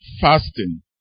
fasting